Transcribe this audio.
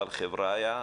אבל חבריא,